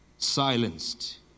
silenced